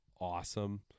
awesome